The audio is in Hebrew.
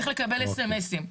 צריך לקבל אסמסים.